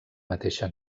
mateixa